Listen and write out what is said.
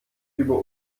über